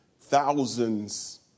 thousands